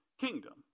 kingdom